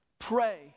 pray